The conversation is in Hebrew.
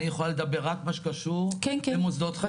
אני יכולה לדבר רק על מה שקשור למוסדות חינוך.